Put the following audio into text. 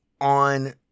on